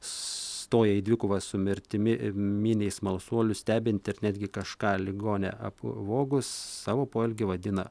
stoja į dvikovą su mirtimi miniai smalsuolių stebint ir netgi kažką ligonę apvogus savo poelgį vadina